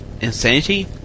Insanity